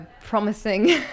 promising